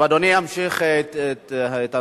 טוב, אדוני ימשיך בנושא.